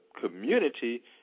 community